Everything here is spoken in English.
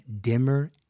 dimmer